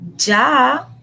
Ja